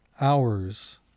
hours